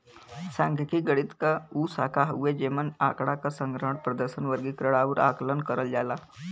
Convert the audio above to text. सांख्यिकी गणित क उ शाखा हउवे जेमन आँकड़ा क संग्रहण, प्रदर्शन, वर्गीकरण आउर आकलन करल जाला